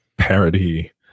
Parody